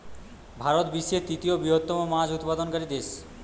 ভারত বিশ্বের তৃতীয় বৃহত্তম মাছ উৎপাদনকারী দেশ